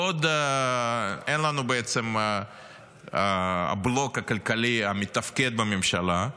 בעוד שאין לנו בלוק כלכלי מתפקד בממשלה,